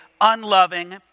unloving